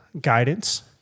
guidance